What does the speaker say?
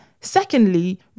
secondly